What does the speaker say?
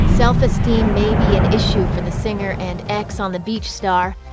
self-esteem may be an issue for the singer and ex on the beach star.